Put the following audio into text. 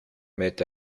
met